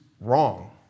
wrong